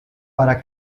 para